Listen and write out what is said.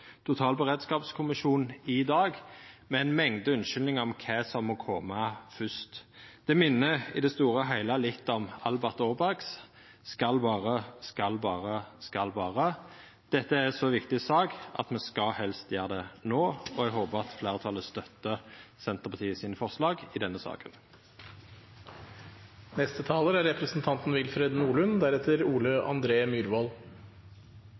totalberedskapskommisjon i dag, med ei mengd unnskyldningar om kva som må koma fyrst. Det minner i det store og heile litt om Albert Åbergs skal berre, skal berre, skal berre. Dette er ei så viktig sak at me helst skal gjera det no, og eg håpar at fleirtalet støttar Senterpartiets forslag i denne saka.